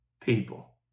people